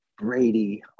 Brady